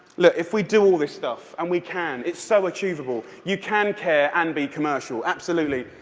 look, if we do all this stuff, and we can, it's so achievable. you can care and be commercial. absolutely.